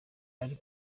ari